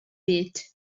bit